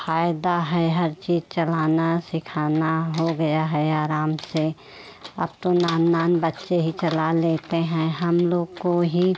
फ़ायदा है हर चीज़ चलाना सिखाना हो गया है आराम से अब तो नान नान बच्चे ही चला लेते हैं हम लोग को ही